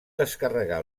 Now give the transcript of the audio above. descarregar